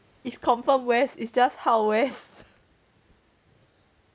is confirm west it's just how west